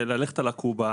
חכי.